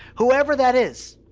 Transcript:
whoever that is.